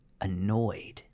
annoyed